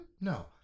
No